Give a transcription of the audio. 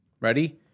Ready